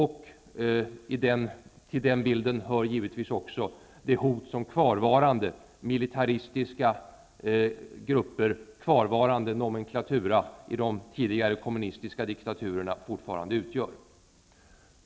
Till den bilden hör givetvis också det hot som kvarvarande militaristiska grupper, kvarvarande nomenklatura, i de tidigare kommunistiska diktaturerna fortfarande utgör.